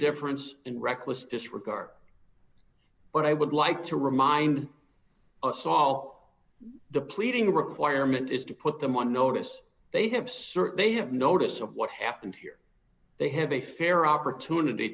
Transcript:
indifference and reckless disregard but i would like to remind us all the pleading requirement is to put them on notice they have searched they have notice of what happened here they have a fair opportunity